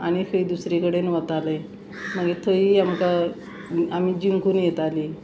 आनी खंय दुसरे कडेन वताले मागीर थंय आमकां आमी जिंकून येताली